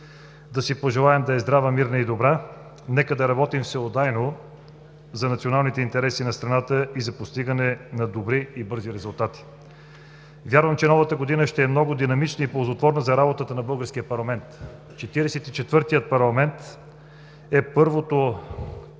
да си пожелаем да е здрава, мирна и добра! Нека да работим всеотдайно за националните интереси на страната и за постигане на добри и бързи резултати! Вярвам, че новата година ще е много динамична и ползотворна за работата на българския парламент. Четиридесет и четвъртият парламент е първото